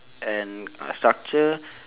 and uh structure